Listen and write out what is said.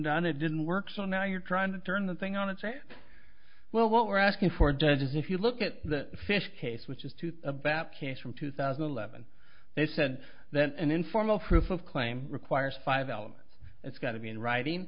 done it didn't work so now you're trying to turn the thing on and say well what we're asking for does is if you look at the fish case which is to baptise from two thousand and eleven they said that an informal proof of claim requires five elements it's got to be in writing